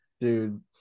Dude